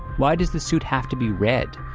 why does the suit have to be red?